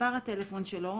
מספר הטלפון שלו,